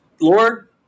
Lord